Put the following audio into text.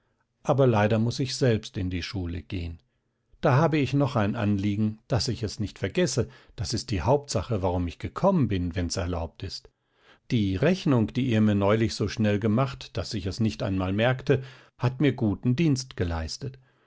aber leider muß ich selbst in die schule gehen da habe ich noch ein anliegen daß ich es nicht vergesse das ist die hauptsache warum ich gekommen bin wenn's erlaubt ist die rechnung die ihr mir neulich so schnell gemacht daß ich es nicht einmal merkte hat mir guten dienst geleistet